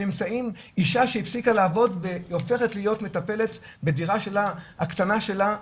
אישה שהפסיקה לעבוד והיא הופכת להיות מטפלת בדירה הקטנה שלה.